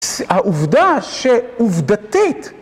העובדה שעובדתית..